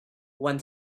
when